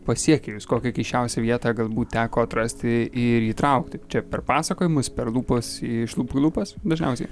pasiekė jus kokią keisčiausią vietą galbūt teko atrasti ir įtraukti čia per pasakojimus per lūpas iš lūpų į lūpas dažniausiai